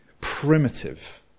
primitive